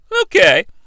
Okay